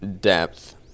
depth